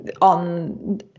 on